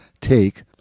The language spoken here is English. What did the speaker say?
take